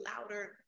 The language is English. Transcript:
louder